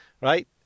Right